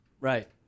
right